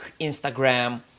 Instagram